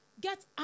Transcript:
get